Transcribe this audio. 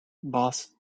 boss